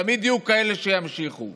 תמיד יהיו כאלה שימשיכו,